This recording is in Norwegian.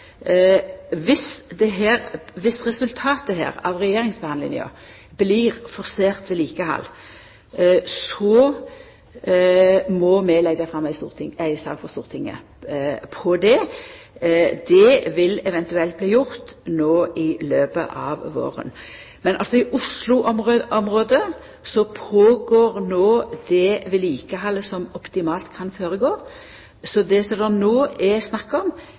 av regjeringsforhandlingane blir forsert vedlikehald, må vi leggja fram ei sak for Stortinget om det. Det vil eventuelt bli gjort no i løpet av våren. Men i Oslo-området føregår no det vedlikehaldet som optimalt kan føregå. Så det som det no er snakk om,